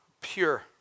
pure